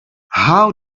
how